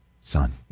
son